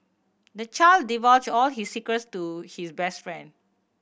the child divulged all his secrets to his best friend